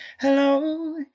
Hello